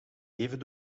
even